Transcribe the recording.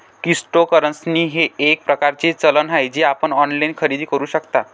cryptocurrency हे एक प्रकारचे चलन आहे जे आपण ऑनलाइन खरेदी करू शकता